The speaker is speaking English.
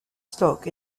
stock